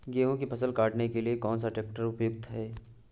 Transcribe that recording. गेहूँ की फसल काटने के लिए कौन सा ट्रैक्टर उपयुक्त है?